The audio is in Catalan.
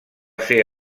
ser